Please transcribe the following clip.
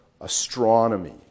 astronomy